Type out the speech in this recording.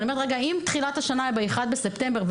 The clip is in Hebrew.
אם תחילת השנה היא ב-1 בספטמבר,